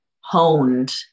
honed